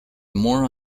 more